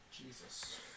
Jesus